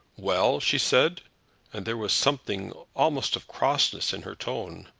well! she said and there was something almost of crossness in her tone.